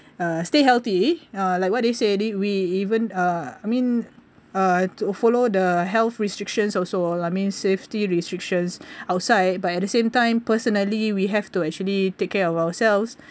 uh stay healthy uh like what they say did we even uh I mean uh to follow the health restrictions also I mean safety restrictions outside but at the same time personally we have to actually take care of ourselves